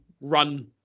run